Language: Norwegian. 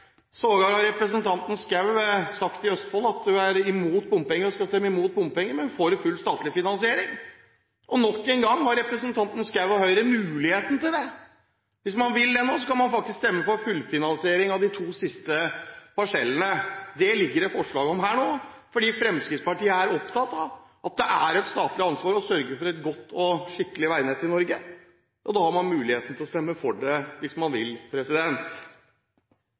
Sågar har representanten Schou sagt i Østfold at hun er imot bompenger, skal stemme imot bompenger, og er for full statlig finansiering. Og nok en gang har representanten Schou og Høyre muligheten til det. Hvis man vil det nå, kan man faktisk stemme på fullfinansiering av de to siste parsellene. Det ligger det forslag om her nå, for Fremskrittspartiet er opptatt av at det er et statlig ansvar å sørge for et godt og skikkelig veinett i Norge. Da har man muligheten til å stemme for det hvis man vil.